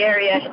Area